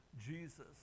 Jesus